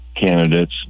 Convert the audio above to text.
candidates